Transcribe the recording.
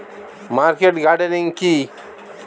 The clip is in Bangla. মার্কেট গার্ডেনিং কি?